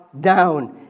down